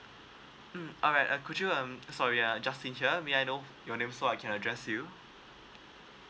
mm alright uh could you um sorry uh justin here may I know your name so I can address you